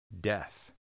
death